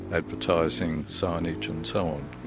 advertising signage and so on.